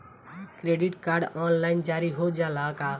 Credit card online जारी हो जाला का?